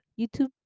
youtube